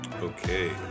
Okay